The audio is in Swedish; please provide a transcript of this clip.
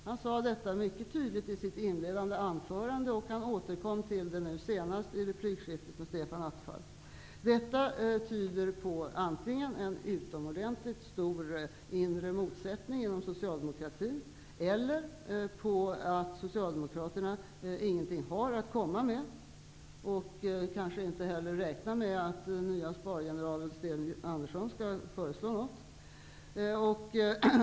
Hans Gustafsson sade detta mycket tydligt i sitt inledande anförande och återkom till det senast i replikskiftet med Stefan Attefall. Detta tyder antingen på en utomordentligt stor inre motsättning inom socialdemokratin eller på att Socialdemokraterna inte har något att komma med och kanske inte heller räknar med att den nya spargeneralen Sten Andersson skall föreslå något.